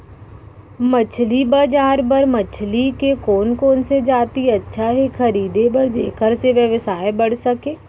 मछली बजार बर मछली के कोन कोन से जाति अच्छा हे खरीदे बर जेकर से व्यवसाय बढ़ सके?